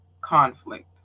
conflict